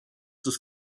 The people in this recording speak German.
des